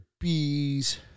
bees